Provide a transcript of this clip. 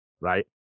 right